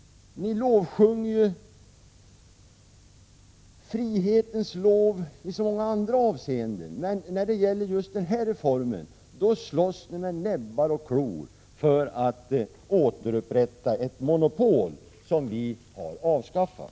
Ni sjunger ju frihetens lov i så många andra avseenden, men när det gäller just denna reform slåss ni med näbbar och klor för att återupprätta ett monopol som vi har avskaffat.